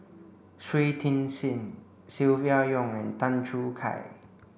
Shui Tit Sing Silvia Yong and Tan Choo Kai